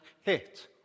hit